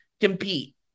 compete